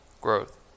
Growth